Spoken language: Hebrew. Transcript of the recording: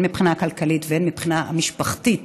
הן מהבחינה הכלכלית והן מהבחינה המשפחתית.